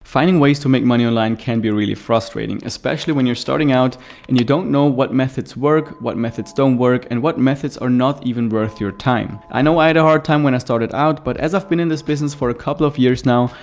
finding ways to make money online can be really frustrating, especially when you're starting out and you don't know what methods work, what methods don't work and what methods are not even worth your time. i know i had a hard time when i started out, but as i've been in this business for a couple of years now,